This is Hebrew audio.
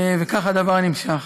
וכך הדבר נמשך.